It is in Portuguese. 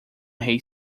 rei